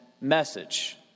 message